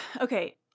Okay